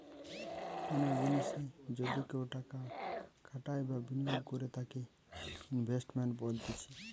কোনো জিনিসে যদি কেও টাকা খাটাই বা বিনিয়োগ করে তাকে ইনভেস্টমেন্ট বলতিছে